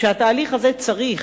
שבתהליך הזה צריך